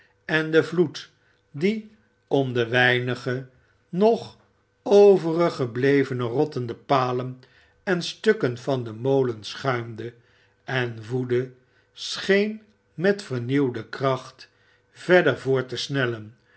en de vloed die om de weinige nog overig geblevene rottende palen en stukken van den molen schuimde en woelde scheen met vernieuwde kracht verder voort te snellen